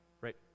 Right